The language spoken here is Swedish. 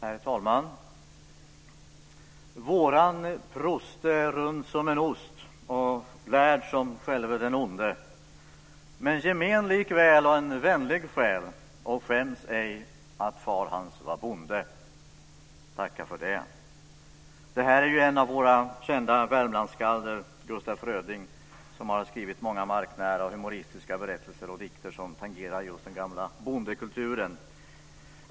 Herr talman! Våran prost är rund som en ost och lärd som själva den onde, men gemen likväl och en vänlig själ och skäms ej, att far hans var bonde Och tacka för det! Detta var en av våra kända Värmlandsskalder, Gustaf Fröding, som har skrivit många marknära och humoristiska berättelser och dikter som tangerar just den gamla bondekulturen.